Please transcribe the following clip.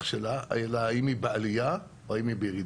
שלה אלא האם היא בעלייה או האם היא בירידה.